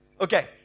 Okay